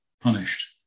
punished